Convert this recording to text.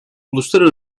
uluslar